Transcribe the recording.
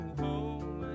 home